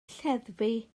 lleddfu